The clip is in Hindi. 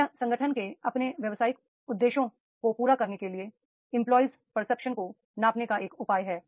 यह संगठन के अपने व्यावसायिक उद्देश्यों को पूरा करने के लिए एंपलॉयर्स परसेप्शन को नापने का एक उपाय है